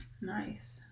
Nice